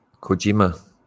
Kojima